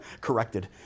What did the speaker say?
corrected